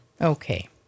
Okay